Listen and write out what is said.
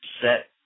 set